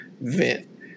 vent